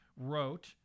wrote